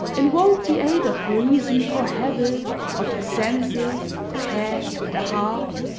invoke the aid of reason, or habit, of the senses, the head, the heart,